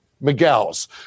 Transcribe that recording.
Miguel's